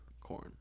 Corn